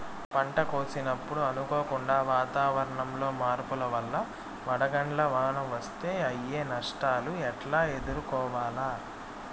పంట కోసినప్పుడు అనుకోకుండా వాతావరణంలో మార్పుల వల్ల వడగండ్ల వాన వస్తే అయ్యే నష్టాలు ఎట్లా ఎదుర్కోవాలా?